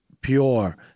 pure